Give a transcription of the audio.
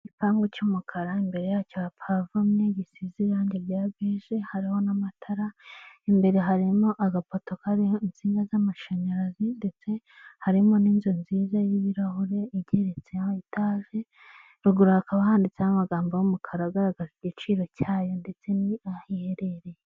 Iyi foto iragaragaza intebe z'imisego n'ameza hejuru hariho indabyo hirya gato hari amalido aziritse ku igikuta.